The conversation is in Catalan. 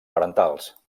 parentals